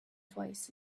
twice